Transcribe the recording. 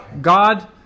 God